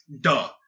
duh